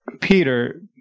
Peter